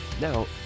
Now